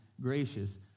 gracious